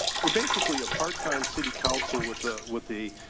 we're basically a part time city council with the, with the